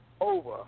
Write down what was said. over